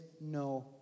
no